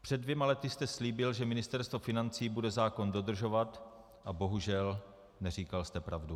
Před dvěma lety jste slíbil, že Ministerstvo financí bude zákon dodržovat, a bohužel, neříkal jste pravdu.